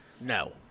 No